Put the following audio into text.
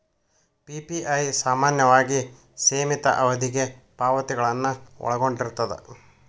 PPI ಸಾಮಾನ್ಯವಾಗಿ ಸೇಮಿತ ಅವಧಿಗೆ ಪಾವತಿಗಳನ್ನ ಒಳಗೊಂಡಿರ್ತದ